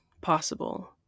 possible